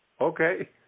Okay